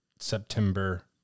September